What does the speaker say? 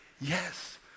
Yes